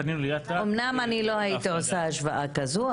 אמנם אני לא הייתי עושה השוואה כזו,